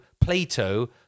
Plato